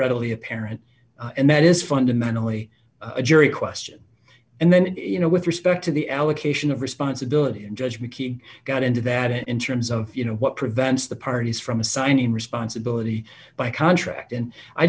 regrettably apparent and that is fundamentally a jury question and then you know with respect to the allocation of responsibility and judge mckee got into that it in terms of you know what prevents the parties from assigning responsibility by contract and i